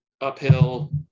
uphill